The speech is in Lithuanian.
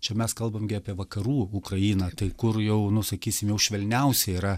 čia mes kalbam gi apie vakarų ukrainą tai kur jau nu sakysim jau švelniausiai yra